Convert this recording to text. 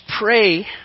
pray